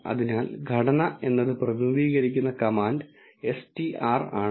അതിനാൽ ഘടന എന്നത് പ്രതിനിധീകരിക്കുന്ന കമാൻഡ് str ആണ്